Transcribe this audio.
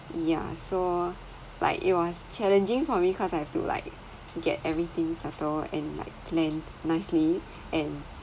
yeah so like it was challenging for me cause I have to like get everything settled and planed nicely and